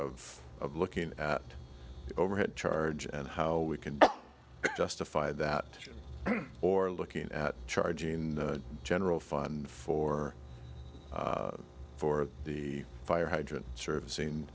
of looking at overhead charge and how we can justify that or looking at charging in general fund for for the fire hydrant servicing